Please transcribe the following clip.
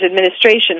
Administration